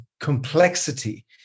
complexity